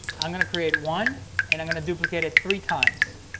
i'm gonna create one and i'm gonna duplicate it three times.